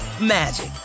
magic